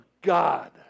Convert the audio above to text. God